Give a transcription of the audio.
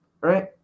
right